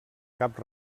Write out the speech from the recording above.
cap